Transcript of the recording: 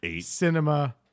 cinema